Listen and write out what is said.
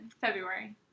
February